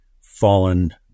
fallen